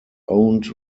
owned